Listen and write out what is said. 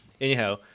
Anyhow